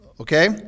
Okay